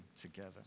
together